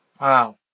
Wow